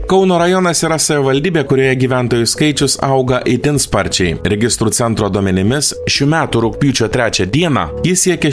kauno rajonas yra savivaldybė kurioje gyventojų skaičius auga itin sparčiai registrų centro duomenimis šių metų rugpjūčio trečia dieną jis siekė